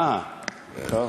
אה, טוב.